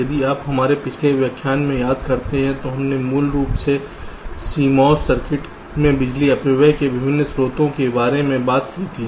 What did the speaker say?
यदि आप हमारे पिछले व्याख्यान में याद करते हैं तो हमने मूल रूप से CMOS सर्किट में बिजली अपव्यय के विभिन्न स्रोतों के बारे में बात की थी